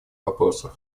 вопросов